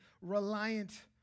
reliant